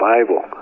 Bible